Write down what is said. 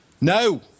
No